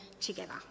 together